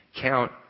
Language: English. count